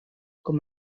com